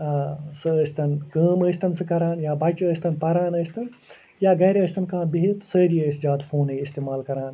سُہ ٲسۍتن کٲم ٲسۍتن سُہ کَران یا بچہِ ٲسۍتن پَران ٲسۍتن یا گَرِ ٲسۍتن کانٛہہ بِہتھ سٲری ٲسۍ زیادٕ فونٕے اِستعمال کَران